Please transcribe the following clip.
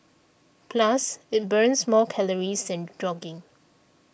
plus it burns more calories than jogging